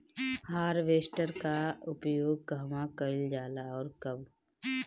Harvester का उपयोग कहवा कइल जाला और कब?